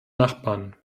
nachbarn